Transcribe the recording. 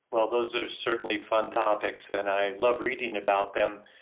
well, those are certainly fun topics and i love reading about them,